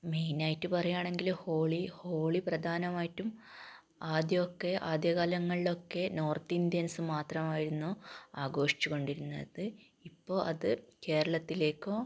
മെയിനായിട്ട് പറയാണങ്കിൽ ഹോളി ഹോളി പ്രധാനമായിട്ടും ആദ്യമൊക്കെ ആദ്യ കാലങ്ങളിലൊക്കെ നോർത്ത് ഇന്ത്യൻസ് മാത്രമായിരുന്നു ആഘോഷിച്ചു കൊണ്ടിരുന്നത് ഇപ്പോൾ അത് കേരളത്തിലേക്കും